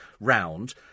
round